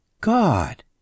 God